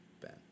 Ben